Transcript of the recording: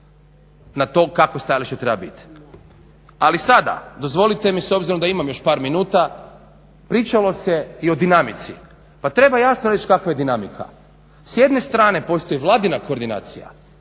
na to kakvo stajalište treba biti. Ali sada, dozvolite mi s obzirom da imam još par minuta, pričalo se i o dinamici. Pa treba jasno reći kakva je dinamika. S jedne strane postoji vladina koordinacija,